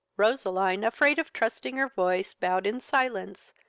roseline, afraid of trusting her voice, bowed in silence,